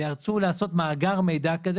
וייעצו לעשות מאגר מידע כזה,